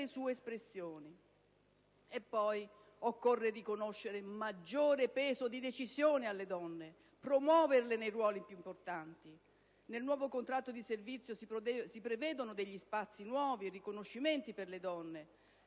sue espressioni. Occorre poi riconoscere un maggiore peso di decisione alle donne e promuoverle nei ruoli più importanti. Nel nuovo Contratto nazionale di servizio si prevedono spazi nuovi e riconoscimenti per le donne;